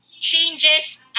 changes